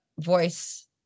voice